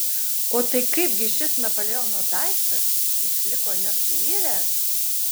o tai kaip gi šis napoleono daiktas išliko nesuiręs